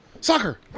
soccer